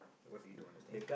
what do you don't understand